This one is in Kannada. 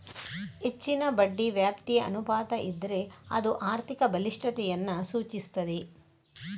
ಹೆಚ್ಚಿನ ಬಡ್ಡಿ ವ್ಯಾಪ್ತಿ ಅನುಪಾತ ಇದ್ರೆ ಅದು ಆರ್ಥಿಕ ಬಲಿಷ್ಠತೆಯನ್ನ ಸೂಚಿಸ್ತದೆ